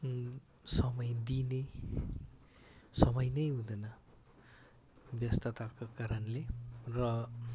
समय दिने समय नै हुँदैन व्यस्तताको कारणले र